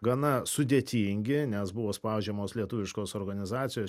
gana sudėtingi nes buvo spaudžiamos lietuviškos organizacijos